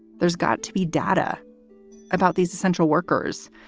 there's got to be data about these central workers,